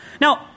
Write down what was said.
Now